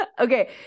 Okay